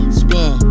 spin